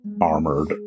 armored